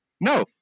no